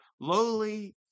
lowly